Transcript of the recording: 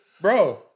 Bro